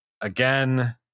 Again